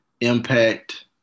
impact